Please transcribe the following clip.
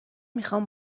میخوام